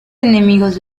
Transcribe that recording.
enemigos